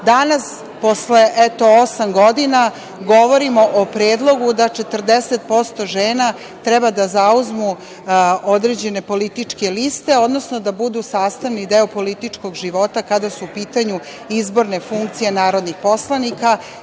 Danas, posle osam godina, govorimo o predlogu da 40% žena treba da zauzmu određene političke liste, odnosno da budu sastavni deo političkog života kada su u pitanju izborne funkcije narodnih poslanika